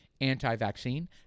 anti-vaccine